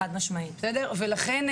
לכן,